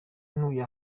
ntuye